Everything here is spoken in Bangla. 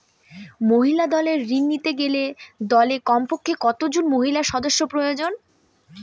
মহিলা দলের ঋণ নিতে গেলে দলে কমপক্ষে কত জন মহিলা সদস্য প্রয়োজন?